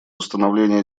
установления